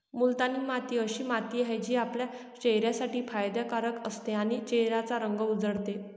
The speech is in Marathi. मुलतानी माती अशी माती आहे, जी आपल्या चेहऱ्यासाठी फायदे कारक असते आणि चेहऱ्याचा रंग उजळते